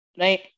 right